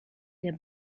der